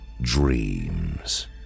dreams